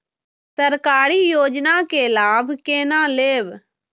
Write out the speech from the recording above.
सरकारी योजना के लाभ केना लेब?